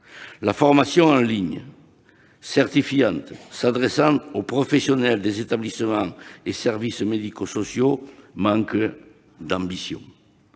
La « formation en ligne certifiante s'adressant aux professionnels des établissements et services médico-sociaux » manque d'ambition.